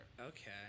Okay